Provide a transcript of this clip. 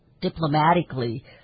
diplomatically